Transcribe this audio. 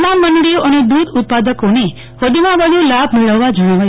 તમામ મંડળીઓ અને દૂધ ઉત્પાદકોને વધુમાં વધુ લાભ મેળવવા જણાવાયું છે